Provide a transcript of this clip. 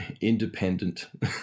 independent